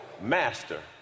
master